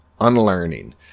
unlearning